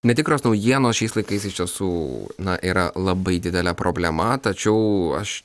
netikros naujienos šiais laikais iš tiesų na yra labai didelė problema tačiau aš